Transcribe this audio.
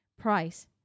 price